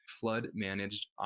flood-managed